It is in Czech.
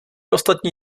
ostatní